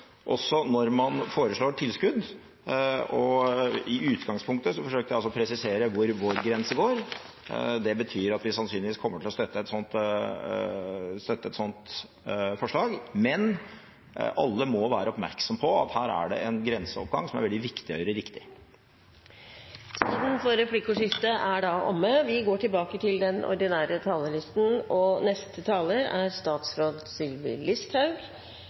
også når man foreslår tilskudd. I utgangspunktet forsøkte jeg å presisere hvor vår grense går. Det betyr at vi sannsynligvis kommer til å støtte et sånt forslag, men alle må være oppmerksomme på at her er det en grenseoppgang som det er veldig viktig å gjøre riktig. Replikkordskiftet er omme. Jeg er veldig glad for avtalen som staten og